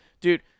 Dude